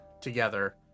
together